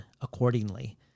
accordingly